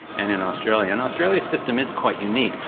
and in australia. and australia's system is quite unique.